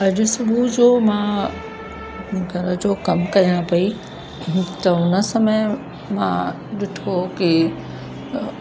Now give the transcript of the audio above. अॼु सुबुह जो मां घर जो कमु कयां पईं त हुन समय मां ॾिठो कि